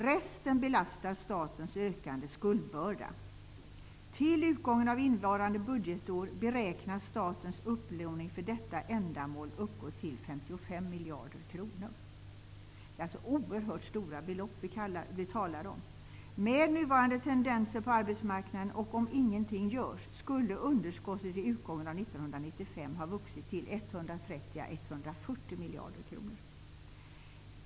Resten belastar statens ökande skuldbörda. Till utgången av innevarande budgetår beräknas statens upplåning för detta ändamål uppgå till 55 miljarder kronor. Det är alltså oerhört stora belopp som vi talar om. Med nuvarande tendenser på arbetsmarknaden och om ingenting görs kommer underskottet vid utgången av 1995 att ha växt till 130--140 miljarder kronor.